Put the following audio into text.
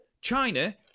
China